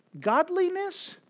Godliness